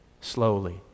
slowly